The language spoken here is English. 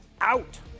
out